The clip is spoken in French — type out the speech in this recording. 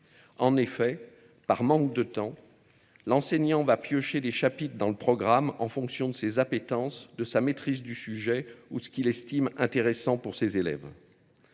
En effet, par manque de temps, l'enseignant va piocher des chapitres dans le programme en fonction de ses appétances, de sa maîtrise du sujet ou ce qu'il estime intéressant pour ses élèves.